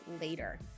later